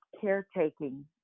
Caretaking